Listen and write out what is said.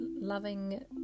loving